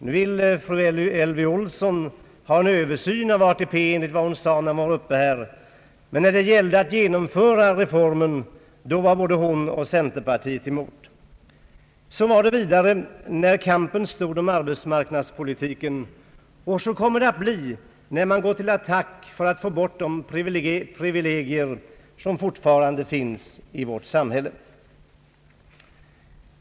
Nu vill fru Elvy Olsson ha en översyn av ATP, enligt vad hon sade i sitt anförande nyss. Men när det gällde att genomföra reformen, var både hon och centerpartiet emot. Så var det också när kampen stod om arbetsmarknadspolitiken, och så kommer det att bli när man går till attack för att få bort de privilegier som fortfarande finns i vårt samhälle.